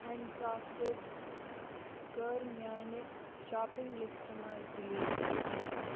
antacid کٔر میٛانہِ shopping لِسٹہٕ منٛز ڈلیٖٹ